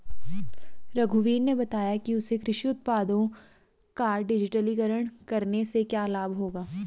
रघुवीर ने बताया कि उसे कृषि उत्पादों का डिजिटलीकरण करने से क्या लाभ होता है